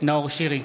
נאור שירי,